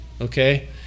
okay